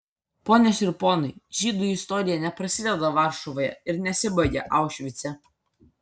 ponios ir ponai žydų istorija neprasideda varšuvoje ir nesibaigia aušvice